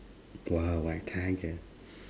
!wow! a tiger